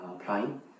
applying